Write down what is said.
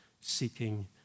seeking